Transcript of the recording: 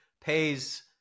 pays